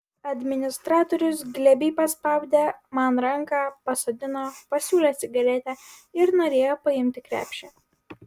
administratorius glebiai paspaudė man ranką pasodino pasiūlė cigaretę ir norėjo paimti krepšį